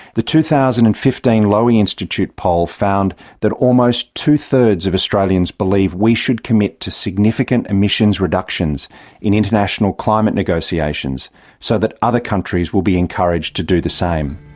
the two thousand and fifteen lowy institute poll found that almost two-thirds of australians believe we should commit to significant emissions reductions in international climate negotiations so that other countries will be encouraged to do the same.